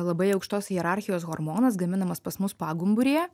labai aukštos hierarchijos hormonas gaminamas pas mus pagumburyje